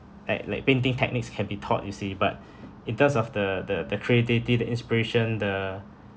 like like painting techniques can be taught you see but in terms of the the the creativity the inspiration the